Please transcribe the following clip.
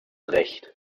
recht